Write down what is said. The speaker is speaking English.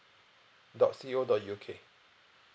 dot co dot U_K